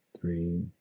three